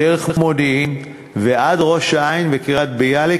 דרך מודיעין ועד ראש-העין וקריית-ביאליק.